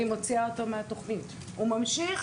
הוא ממשיך